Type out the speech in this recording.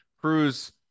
Cruz